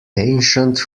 ancient